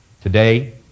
today